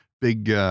big